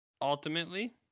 Ultimately